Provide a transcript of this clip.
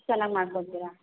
ಚೆನ್ನಾಗಿ ಮಾಡಿಕೊಡ್ತೀರಾ